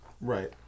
Right